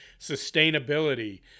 sustainability